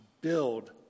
build